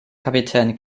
kapitän